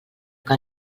que